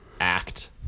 act